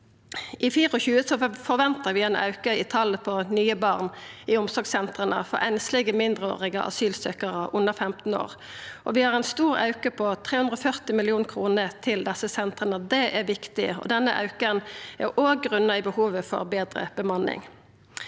I 2024 forventar vi ein auke i talet på nye barn i omsorgssentra for einslege mindreårige asylsøkjarar under 15 år. Vi har ein stor auke på 340 mill. kr til desse sentra. Det er viktig. Denne auken er òg grunna i behovet for betre bemanning.